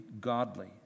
godly